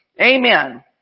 Amen